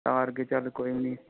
ਹਾਰ ਕੇ ਚਲ ਕੋਈ ਨਹੀਂ